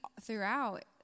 throughout